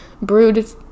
Brewed